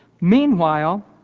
Meanwhile